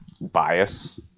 Bias